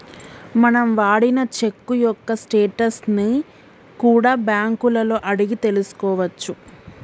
మనం వాడిన చెక్కు యొక్క స్టేటస్ ని కూడా బ్యేంకులలో అడిగి తెల్సుకోవచ్చు